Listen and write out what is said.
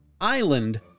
Island